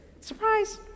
Surprise